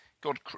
God